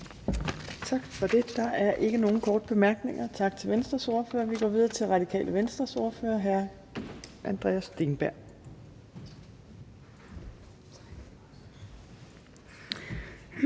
Tak for det. Der er ikke nogen korte bemærkninger. Tak til Venstres ordfører. Vi går videre til Radikale Venstres ordfører, hr. Andreas Steenberg.